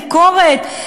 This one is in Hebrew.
ביקורת,